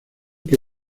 que